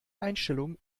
einstellung